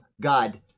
God